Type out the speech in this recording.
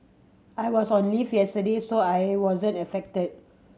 I was on leave yesterday so I wasn't affected